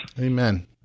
Amen